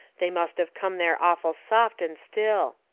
they must of come there awful soft and still.